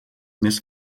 més